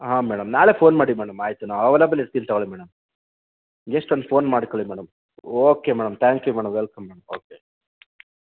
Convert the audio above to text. ಆಂ madam ನಾಳೆ phone ಮಾಡಿ madam ಆಯಿತು ನಾವು ಅವೇಲೆಬಲ್ ಇರ್ತೀವಿ ತೊಗೊಳಿ ಮೇಡಂ ಜಸ್ಟ್ ಒಂದು ಫೋನ್ ಮಾಡ್ಕೊಳ್ಳಿ madam okay madam thank you madam welcome madam okay